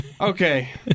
Okay